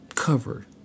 Cover